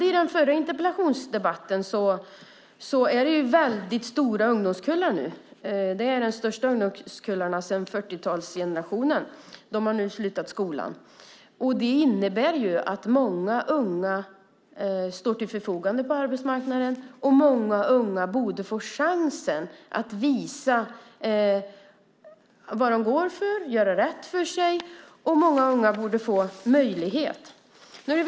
Som nämndes i förra interpellationsdebatten har vi stora ungdomskullar. De största ungdomskullarna sedan 40-talsgenerationen har slutat skolan. Det innebär att många unga står till arbetsmarknadens förfogande. Dessa borde få chansen att visa vad de går för, göra rätt för sig och få en möjlighet.